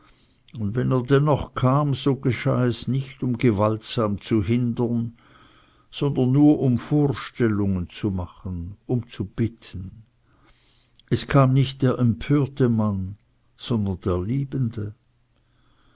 und wenn er dennoch kam so geschah es nicht um gewaltsam zu hindern sondern nur um vorstellungen zu machen um zu bitten es kam nicht der empörte mann sondern der liebende